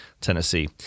Tennessee